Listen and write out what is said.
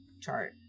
chart